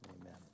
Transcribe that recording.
amen